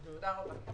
תודה רבה.